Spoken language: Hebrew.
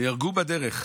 שנהרגו בדרך,